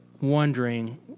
wondering